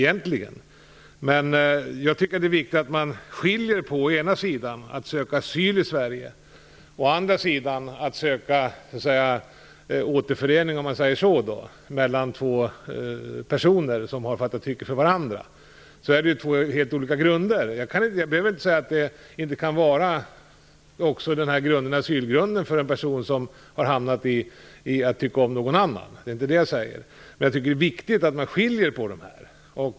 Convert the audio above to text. Det är viktigt att skilja mellan å ena sidan det fallet när man söker asyl och å andra sidan det fallet när man söker återförening mellan två personer som har fattat tycke för varandra. Det är två helt olika grunder. Jag säger inte att en person som har råkat i den situationen att han eller hon tycker om någon inte kan ha asylgrunden, men det är ändå viktigt att skilja mellan dessa fall.